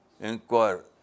inquire